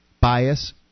bias